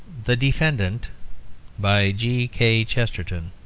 the defendant by g. k. chesterton